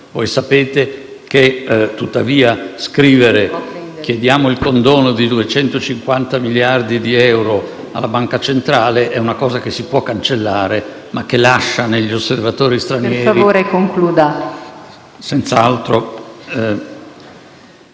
Voi sapete che, tuttavia, scrivere che si chiede il condono di 250 miliardi di euro alla Banca centrale è una cosa che si può cancellare, ma che lascia negli osservatori stranieri...